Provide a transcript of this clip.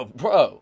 bro